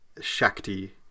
Shakti